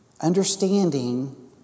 Understanding